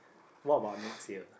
what about next year